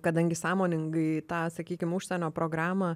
kadangi sąmoningai tą sakykim užsienio programą